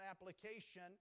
application